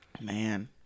Man